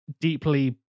deeply